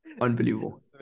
Unbelievable